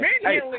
Hey